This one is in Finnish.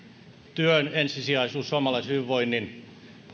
työn ensisijaisuus suomalaisen hyvinvoinnin